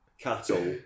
cattle